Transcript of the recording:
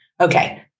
Okay